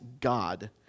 God